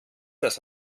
das